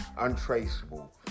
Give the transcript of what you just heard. untraceable